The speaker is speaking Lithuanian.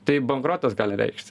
tai bankrotas gali reikšti